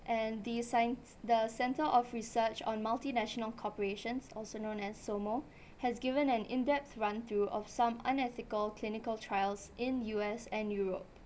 and the science the centre of research on multinational corporations also known as SOMO has given an in depth run through of some unethical clinical trials in U_S and europe